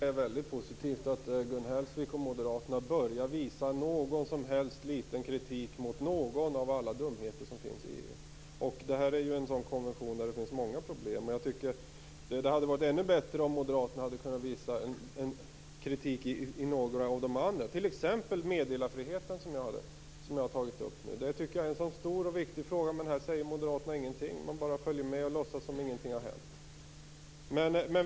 Fru talman! Jag tycker att det är väldigt positivt att Gun Hellsvik och moderaterna börjar visa någon som helst liten kritik mot någon av alla dumheter i EU. Det här är en sådan konvention som inrymmer många problem. Jag tycker att det hade varit ännu bättre om moderaterna hade kunnat visa en kritik i några av de andra frågorna, t.ex. meddelarfriheten som jag tagit upp. Det tycker jag är en stor och viktig fråga, men här säger moderaterna ingenting, de bara följer med och låtsas som om ingenting har hänt.